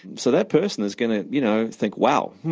so that person is gonna you know think, wow,